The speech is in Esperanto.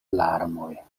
larmoj